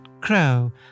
crow